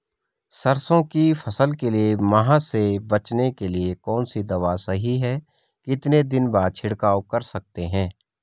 सरसों की फसल के लिए माह से बचने के लिए कौन सी दवा सही है कितने दिन बाद छिड़काव कर सकते हैं?